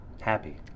Happy